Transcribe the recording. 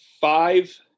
Five